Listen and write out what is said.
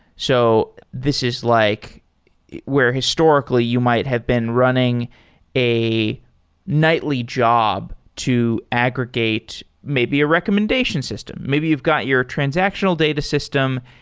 so this is like where historically you might have been running a nightly job to aggregate maybe a recommendation system. maybe you've got your transactional data system,